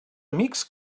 amics